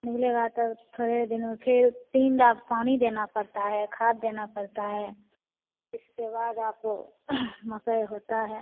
निकलेगा तो थोड़े दिन में फिर तीन दाव पानी देना पड़ता है खाद देना पड़ता है इसके बाद आप मकई होता है